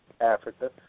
Africa